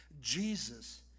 Jesus